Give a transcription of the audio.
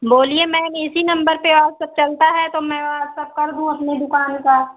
बोलिए मैम इसी नंबर पर व्हाटसप चलता है तो मैं व्हाटसप कर दूँ अपने दुकान का